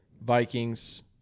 Vikings